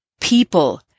people